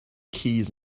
keys